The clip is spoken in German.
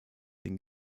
den